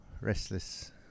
restless